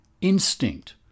Instinct